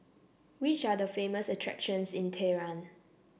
which are the famous attractions in Tehran